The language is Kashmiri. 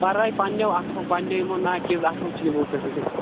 برٛٲے پنہٕ نیٚو اَتھو پنہٕ نیٚو یِمو نا چیٖز اَتھو چھِ یِمو کٔرمٕژ